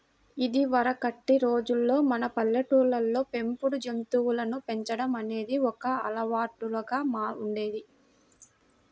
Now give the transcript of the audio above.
ఇదివరకటి రోజుల్లో మన పల్లెటూళ్ళల్లో పెంపుడు జంతువులను పెంచడం అనేది ఒక అలవాటులాగా ఉండేది